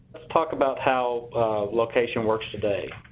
let's talk about how location works today,